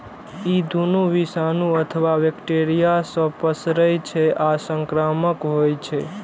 ई दुनू विषाणु अथवा बैक्टेरिया सं पसरै छै आ संक्रामक होइ छै